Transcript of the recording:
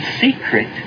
secret